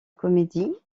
comédie